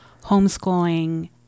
homeschooling